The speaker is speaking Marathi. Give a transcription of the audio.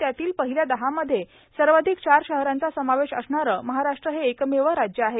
त्यातील पहिल्या दहामध्ये सर्वाधिक चार शहरांचा समावेश असणारं महाराष्ट्र हे एकमेव राज्य आहे